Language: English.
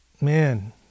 man